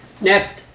Next